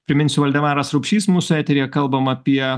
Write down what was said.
priminsiu valdemaras rupšys mūsų eteryje kalbam apie